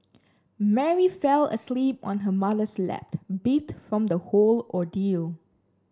Mary fell asleep on her mother's lap beat from the whole ordeal